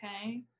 Okay